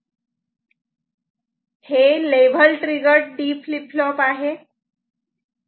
हे level triggered D flip flop आहे